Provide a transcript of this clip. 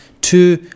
two